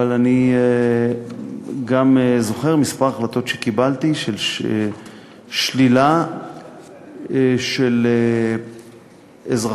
אבל אני זוכר כמה החלטות שקיבלתי של שלילת מתן אזרחות